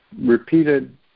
repeated